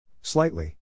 Slightly